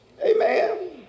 Amen